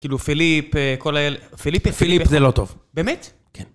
כאילו פיליפ, כל האלה, פיליפ, פיליפ, פיליפ זה לא טוב. באמת? כן.